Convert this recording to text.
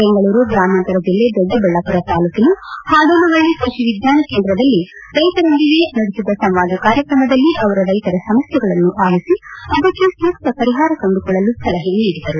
ಬೆಂಗಳೂರು ಗ್ರಾಮಾಂತರ ಜಿಲ್ಲೆ ದೊಡ್ಡಬಳ್ಳಾಪುರ ತಾಲ್ಡೂಕಿನ ಪಾಡೋನಪಳ್ಳಿ ಕೈಷಿ ವಿಚ್ವಾನ ಕೇಂದ್ರದಲ್ಲಿ ರೈತರೊಂದಿಗೆ ನಡೆಸಿದ ಸಂವಾದ ಕಾರ್ಯಕ್ರಮದಲ್ಲಿ ಅವರು ರೈತರ ಸಮಸ್ಥೆಗಳನ್ನು ಆಲಿಸಿ ಅದಕ್ಕೆ ಸೂಕ್ತ ಪರಿಹಾರ ಕಂಡುಕೊಳ್ಳಲು ಸಲಹೆ ನೀಡಿದರು